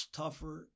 tougher